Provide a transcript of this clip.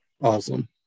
awesome